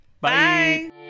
Bye